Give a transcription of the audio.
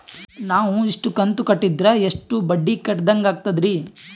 ನಾವು ಇಷ್ಟು ಕಂತು ಕಟ್ಟೀದ್ರ ಎಷ್ಟು ಬಡ್ಡೀ ಕಟ್ಟಿದಂಗಾಗ್ತದ್ರೀ?